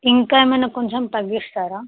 ఇంకా ఏమైనా కొంచెం తగ్గిస్తారా